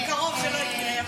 בקרוב זה לא יקרה.